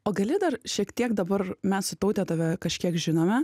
o gali dar šiek tiek dabar mes su taute tave kažkiek žinome